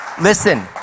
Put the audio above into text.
Listen